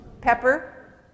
Pepper